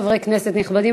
חברי הכנסת הנכבדים,